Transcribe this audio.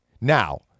Now